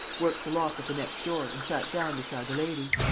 worked the lock of the next door and sat down beside the lady.